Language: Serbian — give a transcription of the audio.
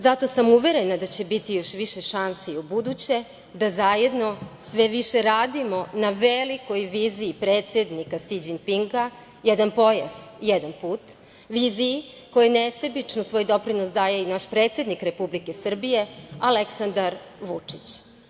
Zato sam uverena da će biti još više šansi i ubuduće da zajedno sve više radimo na velikoj viziji predsednika Si Đinpinga „Jedan pojas, jedan put“, viziji kojoj nesebično svoj doprinos daje i naš predsednik Republike Srbije Aleksandar Vučić.